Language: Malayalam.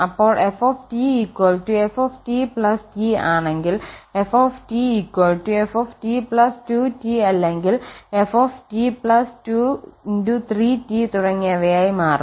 അപ്പോൾ f ft T ആണെങ്കിൽ f ft 2T അല്ലെങ്കിൽ f t 2 തുടങ്ങിയവയായി മാറും